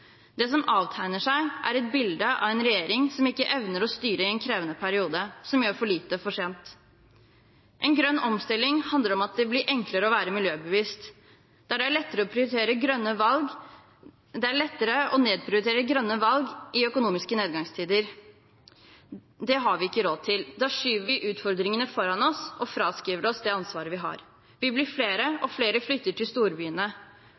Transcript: Det som avtegner seg, er et bilde av en regjering som ikke evner å styre i en krevende periode, som gjør for lite for sent. En grønn omstilling handler om at det blir enklere å være miljøbevisst. Det er lettere å nedprioritere grønne valg i økonomiske nedgangstider. Det har vi ikke råd til. Da skyver vi utfordringene foran oss og fraskriver oss det ansvaret vi har. Vi blir flere, og flere flytter til storbyene,